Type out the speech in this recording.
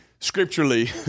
scripturally